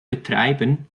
betreiben